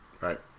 Right